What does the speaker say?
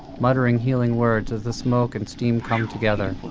muttering healing words as the smoke and steam come together